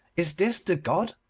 is this the god?